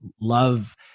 love